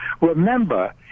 Remember